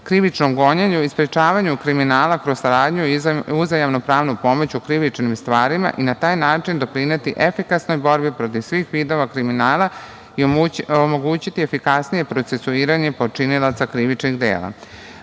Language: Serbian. krivičnom gonjenju i sprečavanju kriminala kroz saradnju i uzajamnu pravnu pomoć u krivičnim stvarima i na taj način doprineti efikasnoj borbi protiv svih vidova kriminala i omogućiti efikasnije procesuiranje počinilaca krivičnih dela. Prema